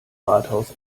rathaus